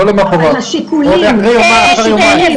לא למחרת, אחרי יומיים.